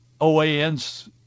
OAN's